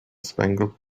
spangled